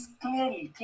clearly